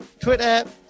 Twitter